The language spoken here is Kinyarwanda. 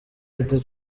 gito